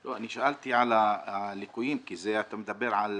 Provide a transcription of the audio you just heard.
לא, אני שאלתי על הליקויים, כי אתה מדבר על